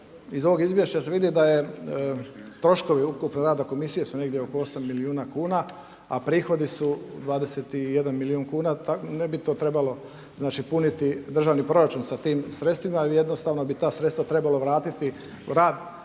iz ovog izvješća se vidi da je su troškovi ukupni rada komisije su negdje oko 8 milijuna kuna, a prihodi su 21 milijun kuna ne bi to trebalo puniti državni proračun sa tim sredstvima, ali jednostavno bi ta sredstva trebalo vratiti u rad